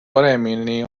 paremini